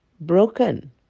broken